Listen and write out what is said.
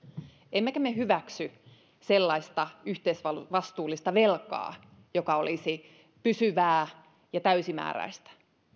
emmekä me hyväksy sellaista yhteisvastuullista velkaa joka olisi pysyvää ja täysimääräistä